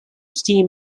steam